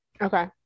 Okay